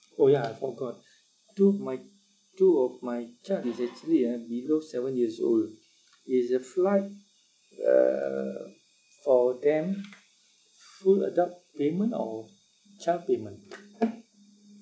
orh ya I forgot two my two of my child is actually ah below seven years old is the flight uh for them full adult payment or child payment